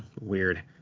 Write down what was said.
Weird